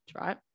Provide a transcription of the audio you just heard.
right